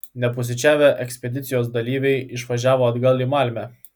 nepusryčiavę ekspedicijos dalyviai išvažiavo atgal į malmę